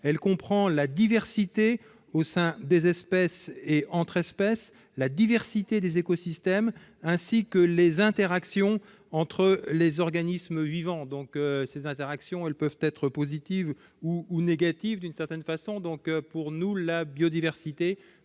Elle comprend la diversité au sein des espèces et entre espèces, la diversité des écosystèmes ainsi que les interactions entre les organismes vivants. » Ces interactions peuvent bien évidemment être positives ou négatives. Il nous semble donc que la biodiversité